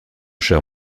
cher